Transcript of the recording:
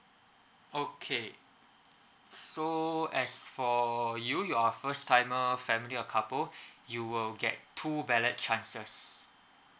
okay so as for you you are first timer family of couple you will get two ballot chances